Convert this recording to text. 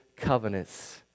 covenants